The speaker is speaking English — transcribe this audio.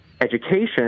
education